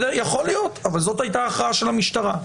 יכול להיות, אבל זאת הייתה הכרעה של המשטרה.